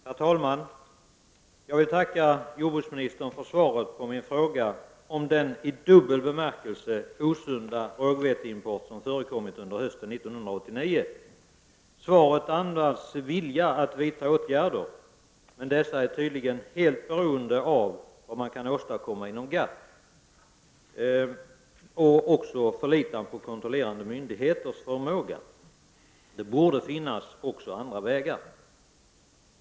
Herr talman! Jag vill tacka jordbruksministern för svaret på min fråga om den i dubbel bemärkelse osunda rågveteimporten som har förekommit under hösten 1989. Svaret andas vilja att vidta åtgärder, men dessa är tydligen helt beroende av vad man kan åstadkomma inom GATT och även förlitan på kontrollerande myndigheters förmåga. Det borde finnas även andra vägar.